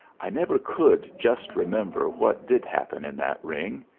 i never could just remember what did happen in that ring.